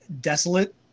desolate